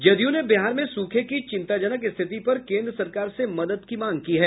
जदयू ने बिहार में सूखे की चिंताजनक स्थिति पर केन्द्र सरकार से मदद की मांग की है